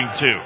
two